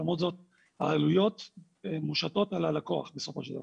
למרות זאת העלויות מושתות על הלקוח בסופו של דבר.